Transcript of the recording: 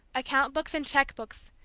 account books and cheque books,